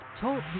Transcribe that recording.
Talk